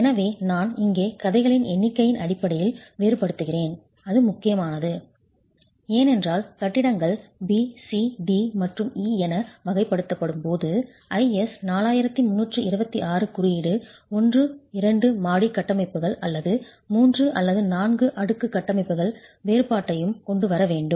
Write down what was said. எனவே நான் இங்கே கதைகளின் எண்ணிக்கையின் அடிப்படையில் வேறுபடுத்துகிறேன் அது முக்கியமானது ஏனென்றால் கட்டிடங்கள் B C D மற்றும் E என வகைப்படுத்தப்படும் போது IS 4326 குறியீடு 1 2 மாடி கட்டமைப்புகள் அல்லது 3 அல்லது 4 அடுக்கு கட்டமைப்புகள் வேறுபாட்டையும் கொண்டு வர வேண்டும்